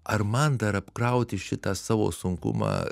ar man dar apkrauti šitą savo sunkumą